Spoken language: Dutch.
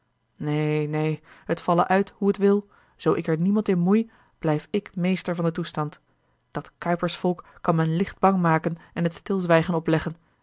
neen neen het valle uit hoe het wil zoo ik er niemand in moei blijf ik meester van den toestand dat kuipersvolk kan men licht bang maken en het stilzwijgen opleggen